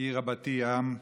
העיר רבתי עם".